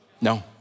No